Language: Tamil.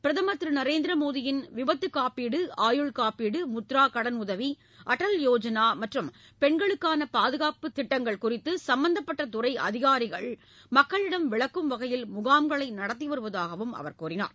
பிரதமர் திரு நரேந்திர மோடியின் விபத்துக் காப்பீடு ஆயுள் காப்பீடு முத்ரா கடன் உதவி அடல் யோஜனா மற்றும் பெண்களுக்கான பாதுகாப்புத் திட்டங்கள் குறித்து சும்பந்தப்பட்ட துறை அதிகாரிகள் மக்களிடம் விளக்கும் வகையில் முகாம்களை நடத்தி வருவதாகவும் அவர் தெரிவித்தார்